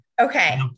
Okay